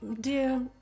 dear